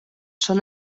són